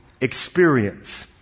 experience